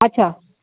अछा